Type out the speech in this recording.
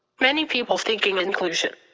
many people thinking inclusion.